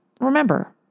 remember